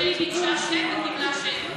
העוזרת שלי ביקשה שם וקיבלה שם.